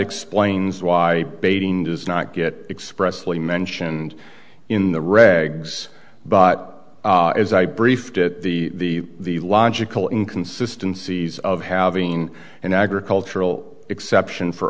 explains why baiting does not get expressly mentioned in the regs but as i briefed it the the logical inconsistency is of having an agricultural exception for